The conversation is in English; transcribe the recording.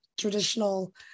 traditional